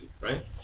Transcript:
right